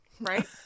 Right